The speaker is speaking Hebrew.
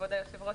כבוד היושב-ראש,